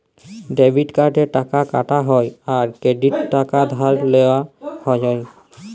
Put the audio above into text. debit কার্ডে টাকা কাটা হ্যয় আর ক্রেডিটে টাকা ধার লেওয়া হ্য়য়